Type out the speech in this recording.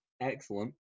excellent